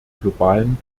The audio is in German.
globalen